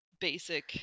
basic